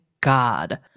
God